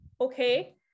okay